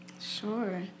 Sure